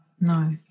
no